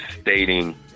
stating